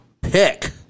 pick